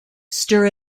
stir